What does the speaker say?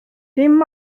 dim